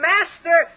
Master